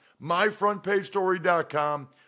Myfrontpagestory.com